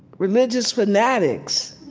religious fanatics.